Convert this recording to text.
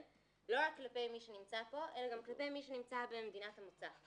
לא רק כלפי מי שנמצא פה אלא גם כלפי מי שנמצא במדינת המוצא.